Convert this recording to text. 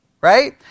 right